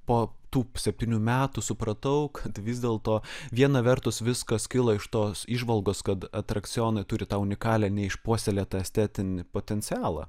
po tų septynių metų supratau kad vis dėlto viena vertus viskas kilo iš tos įžvalgos kad atrakcionai turi tą unikalią neišpuoselėtą estetinį potencialą